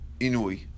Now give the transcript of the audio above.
Inui